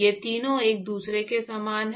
ये तीनों एक दूसरे के समान हैं